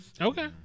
okay